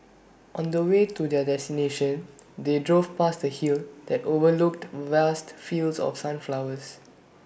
on the way to their destination they drove past A hill that overlooked vast fields of sunflowers